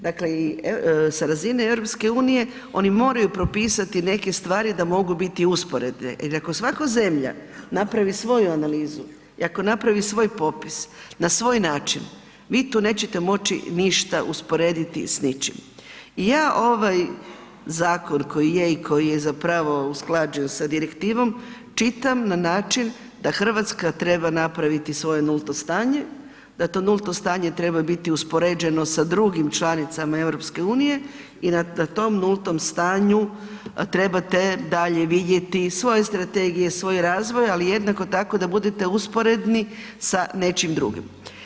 Dakle i sa razine EU oni moraju propisati neke stvari da mogu biti usporedne jer ako svaka zemlja napravi svoju analizu i ako napravi svoj popis na svoj način, vi tu nećete moći ništa usporediti s ničim i ja ovaj zakon koji je i koji je zapravo usklađen sa direktivom čitam na način da Hrvatska treba napraviti svoje nulto stanje, da to nulto stanje treba biti uspoređeno sa drugim članicama EU i na tom nultom stanju trebate dalje vidjeti svoje strategije, svoj razvoj, ali jednako tako da budete usporedni sa nečim drugim.